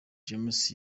james